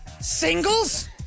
Singles